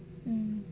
mm